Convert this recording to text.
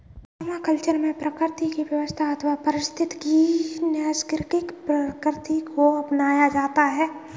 permaculture में प्रकृति की व्यवस्था अथवा पारिस्थितिकी की नैसर्गिक प्रकृति को अपनाया जाता है